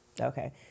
Okay